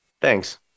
Thanks